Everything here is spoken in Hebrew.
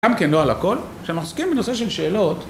גם כן לא על הכל, כשמחזיקים בנושא של שאלות